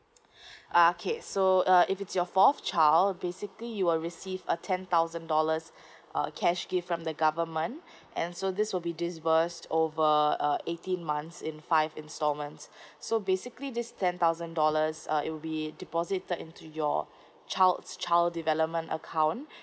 okay so uh if it's your fourth child basically you will receive a ten thousand dollars uh cash gift from the government and so this will be disburse over uh eighteen months in five instalments so basically this ten thousand dollars uh it will be deposited into your child's child development account